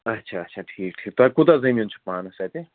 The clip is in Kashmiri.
اَچھا اَچھا ٹھیٖک ٹھیٖک تۄہہِ کوٗتاہ زٔمیٖن چھُ پانَس اَتہِ